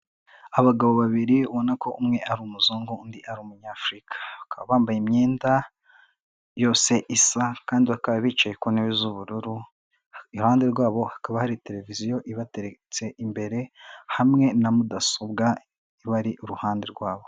Abagabo babiri ubona ko umwe ari umuzungu undi ari umunyafrikaba, bakaba bambaye imyenda yose isa kandi bakaba bicaye ku ntebe z'ubururu, iruhande rwabo hakaba hari televiziyo ibateretse imbere hamwe na mudasobwa ibari iruhande rwabo.